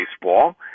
baseball